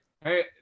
Hey